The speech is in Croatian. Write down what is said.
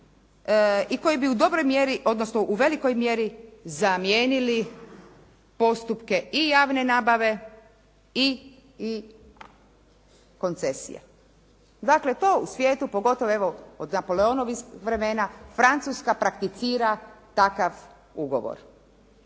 odnosno u velikoj mjeri zamijenili postupke i javne nabave i koncesije. Dakle to u svijetu pogotovo evo od Napoleonovih vremena, Francuska prakticira takav ugovor.